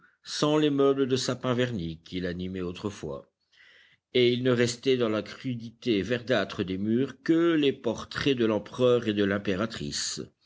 sans les meubles de sapin verni qui l'animaient autrefois et il ne restait dans la crudité verdâtre des murs que les portraits de l'empereur et de l'impératrice